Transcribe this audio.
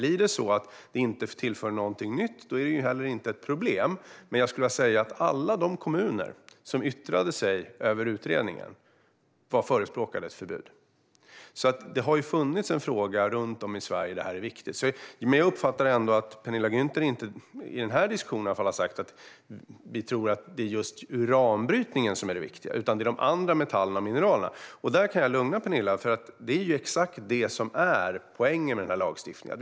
Blir det så att detta inte tillför någonting nytt är det inget problem. Men jag skulle vilja säga att alla de kommuner som yttrade sig över utredningen förespråkade ett förbud. Det har alltså funnits en uppfattning runt om i Sverige om att det här är viktigt. Jag uppfattar ändå att Penilla Gunther inte har sagt - inte i den här diskussionen i alla fall - att vi tror att det är just uranbrytningen som är det viktiga; det är de andra metallerna och mineralerna som är det. Där kan jag lugna Penilla, för det är exakt det som är poängen med den här lagstiftningen.